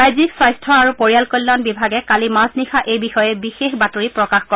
ৰাজ্যিক স্বাস্য আৰু পৰিয়াল কল্যাণ বিভাগে কালি মাজনিশা এই বিষয়ে বিশেষ বাতৰি প্ৰকাশ কৰে